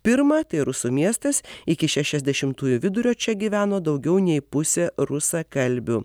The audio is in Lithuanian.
pirma tai rusų miestas iki šešiasdešimtųjų vidurio čia gyveno daugiau nei pusė rusakalbių